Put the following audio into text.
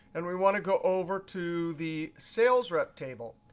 and we want to go over to the salesrep table.